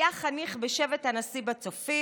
היה חניך בשבט הנשיא בצופים,